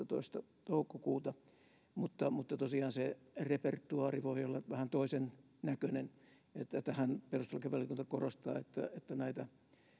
tuosta kolmastoista toukokuuta eteenpäinkin mutta tosiaan se repertuaari voi olla vähän toisennäköinen perustuslakivaliokunta korostaa että että näitä